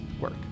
work